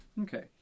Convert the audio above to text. Okay